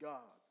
God